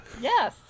Yes